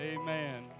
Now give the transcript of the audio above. Amen